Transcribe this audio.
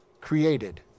created